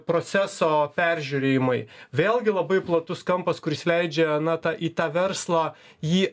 proceso peržiūrėjimai vėlgi labai platus kampas kuris leidžia na tą į tą verslą jį